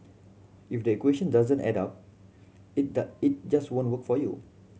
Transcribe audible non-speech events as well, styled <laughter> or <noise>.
if the equation doesn't add up it <unintelligible> just won't work for you